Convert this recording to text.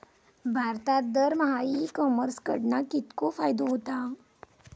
भारतात दरमहा e commerce कडणा कितको फायदो होता?